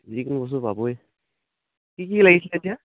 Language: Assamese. যিকোনা বস্তু পাবই কি কি লাগিছিলে এতিয়া